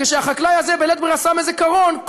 כשהחקלאי הזה שם בלית ברירה איזה קרון,